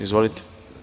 Izvolite.